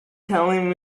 telling